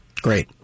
Great